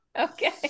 Okay